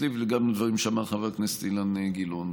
לבני וגם לדברים שאמר חבר הכנסת אילן גילאון,